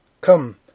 Come